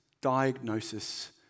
diagnosis